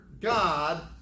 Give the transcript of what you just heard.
God